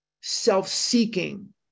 self-seeking